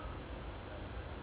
ya that's why